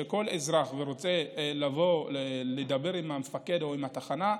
שכל אזרח שרוצה לבוא לדבר עם המפקד או עם התחנה,